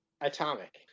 Atomic